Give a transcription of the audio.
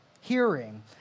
hearing